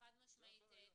זו הבעיה.